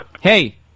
Hey